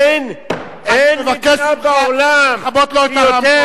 אין מצב בעולם, אני מבקש ממך לכבות לו את הרמקול.